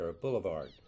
Boulevard